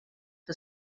for